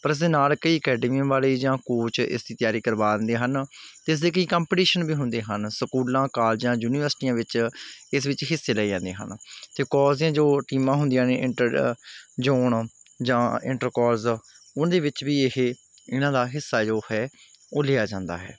ਪਰ ਇਸਦੇ ਨਾਲ ਕਈ ਅਕੈਡਮੀਆਂ ਵਾਲੇ ਜਾਂ ਕੋਚ ਇਸ ਦੀ ਤਿਆਰੀ ਕਰਵਾ ਦਿੰਦੇ ਹਨ ਅਤੇ ਇਸਦੇ ਕਈ ਕੰਪਟੀਸ਼ਨ ਵੀ ਹੁੰਦੇ ਹਨ ਸਕੂਲਾਂ ਕਾਲਜਾਂ ਯੂਨੀਵਰਸਿਟੀਆਂ ਵਿੱਚ ਇਸ ਵਿੱਚ ਹਿੱਸੇ ਲਏ ਜਾਂਦੇ ਹਨ ਅਤੇ ਕਾਲਜ ਦੀਆਂ ਜੋ ਟੀਮਾਂ ਹੁੰਦੀਆਂ ਨੇ ਇੰਟਰ ਜੋਨ ਜਾਂ ਇੰਟਰ ਕੋਲਜ ਉਹਨਾਂ ਦੇ ਵਿੱਚ ਵੀ ਇਹ ਇਹਨਾਂ ਦਾ ਹਿੱਸਾ ਜੋ ਹੈ ਉਹ ਲਿਆ ਜਾਂਦਾ ਹੈ